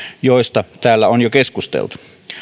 joista täällä on jo keskusteltu